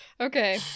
Okay